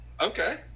Okay